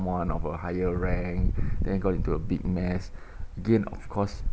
one of a higher rank then got into a big mess again of course